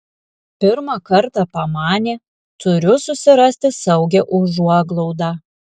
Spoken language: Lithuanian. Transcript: pirmą kartą pamanė turiu susirasti saugią užuoglaudą